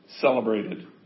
celebrated